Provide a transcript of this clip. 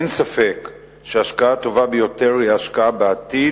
אין ספק שההשקעה הטובה ביותר היא השקעה בעתיד,